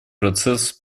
процесс